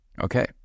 Okay